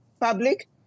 public